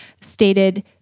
stated